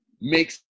makes